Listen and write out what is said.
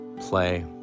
play